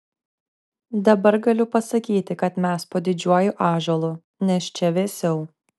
dabar galiu pasakyti kad mes po didžiuoju ąžuolu nes čia vėsiau